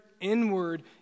inward